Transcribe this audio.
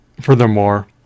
Furthermore